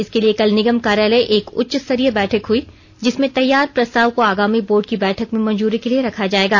इसके लिए कल निगम कार्यालय एक उच्च स्तरीय बैठक हुई जिसमें तैयार प्रस्ताव को आगामी बोर्ड की बैठक में मंजूरी के लिए रखा जायेगा